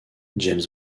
james